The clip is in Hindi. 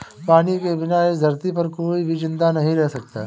पानी के बिना इस धरती पर कोई भी जिंदा नहीं रह सकता है